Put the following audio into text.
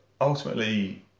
ultimately